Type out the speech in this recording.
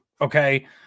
okay